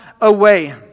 away